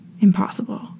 Impossible